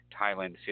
Thailand